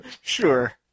Sure